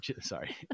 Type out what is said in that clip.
Sorry